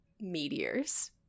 meteors